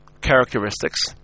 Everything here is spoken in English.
characteristics